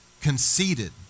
Conceited